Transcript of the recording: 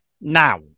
Now